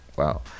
Wow